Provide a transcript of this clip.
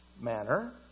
manner